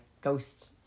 ghosts